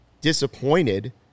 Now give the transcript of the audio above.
disappointed